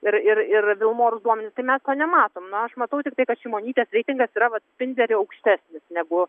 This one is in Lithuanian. ir ir ir vilmorus duomenys tai mes to nematom na aš matau tiktai kad šimonytės reitingas yra vat spinterio aukštesnis negu